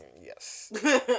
Yes